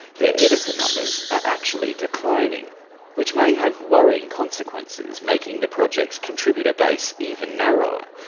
their editor numbers are actually declining which may have worrying consequences, making the project's contributor base even narrower.